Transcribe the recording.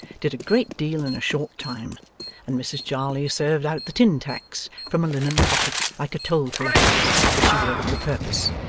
did a great deal in a short time and mrs jarley served out the tin tacks from a linen pocket like a toll-collector's which she wore for the purpose,